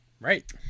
Right